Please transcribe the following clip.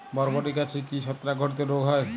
বরবটি গাছে কি ছত্রাক ঘটিত রোগ হয়?